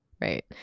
right